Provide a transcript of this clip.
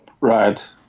Right